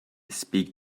speak